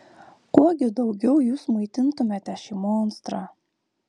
kuo gi daugiau jūs maitintumėte šį monstrą